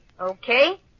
Okay